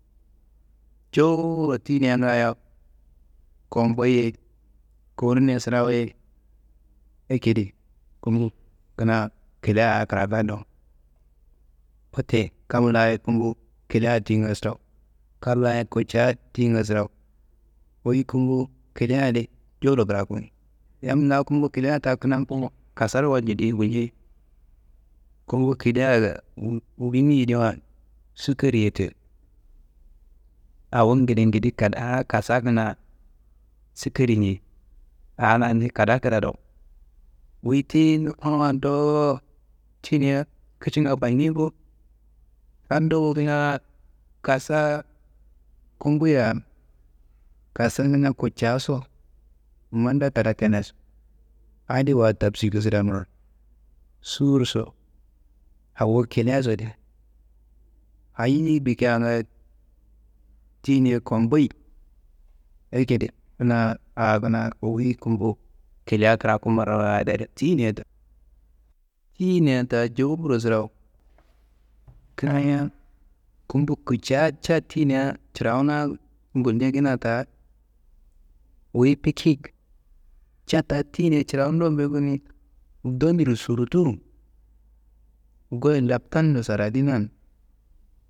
Jowuro tiyinia ngaayo komboyi ye, kowurnia sirawu ye, akedi gumbu kina kilia a kiraka ado. Wote kam layi gumbu kilia tiyinga sirawu, kal layi kutca tiyinga sirawu, wuyi gumbu kilia adi jowuro kiraku, yam la gumbu kilia ta kina ku kasaro walci diye gulcei, gumbu kiliaga bimi diwa, sukkareye te, awo ngedengede kadaa kasa kina sukkarri njei, a la ni kada kida dowo, wuyi tiyi ingan dowo tiyina kicinga fanniyi bowo, ado wu kina kasa gumbuya kasa ninga kutcaso, manda kada kenaso, adi wa tabsi kisadanuwa suwurso, awo kiliaso, di ayiye bikia ngayo tiyinia komboyi ayi ngede kina a kina kowuyi gumbu kilia kiraku marawayid adi tiyinia do, tiyinia ta jowuro surawu, kinaya gumbu kutca ca tiyinia cirawuna gulcakina ta, wuyi biki ca ta tiyina cirawunun do bimi, ndandiro zurdu, goyi laptando saradinan.